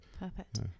perfect